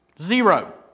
Zero